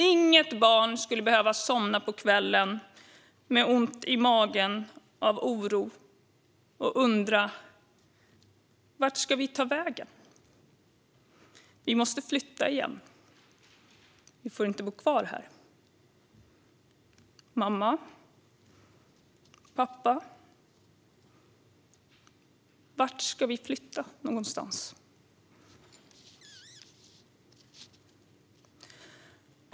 Inget barn ska behöva somna på kvällen med ont i magen av oro och undra: "Vart ska vi ta vägen? Vi måste flytta igen. Vi får inte bo kvar här. Mamma och pappa, vart ska vi flytta någonstans?"